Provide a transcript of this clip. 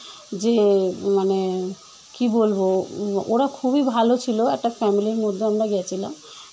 যে মানে কী বলবো ওরা খুবই ভালো ছিলো একটা ফ্যামেলির মধ্যে আমরা গিয়েছিলাম